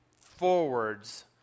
forwards